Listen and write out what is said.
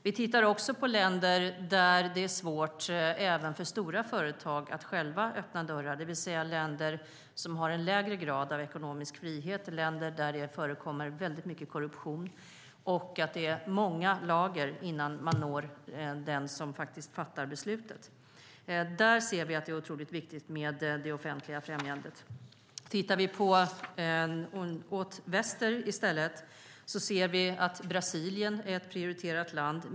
Vi tittar också på länder där det är svårt även för stora företag att själva öppna dörrar, det vill säga länder som har en lägre grad av ekonomisk frihet, länder där det förekommer väldigt mycket korruption och där det är många lager innan man når den som fattar beslutet. Där ser vi att det är otroligt viktigt med det offentliga främjandet. I väster är Brasilien ett prioriterat land.